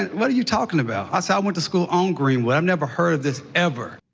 and what are you talking about? i said i went to school on greenwood, i've never heard of this ever.